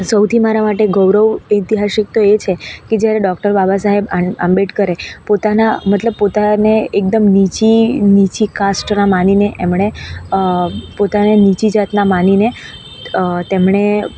સૌથી મારા માટે ગૌરવ ઐતિહાસિક તો એ છે કે જ્યારે ડોક્ટર બાબાસાહેબ આં આંબેડકરે પોતાના મતલબ પોતાને એકદમ નીચી નીચી કાસ્ટના માનીને એમણે પોતાને નીચી જાતના માનીને તેમણે